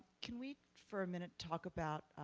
can we, for a minute, talk about